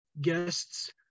guests